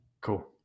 Cool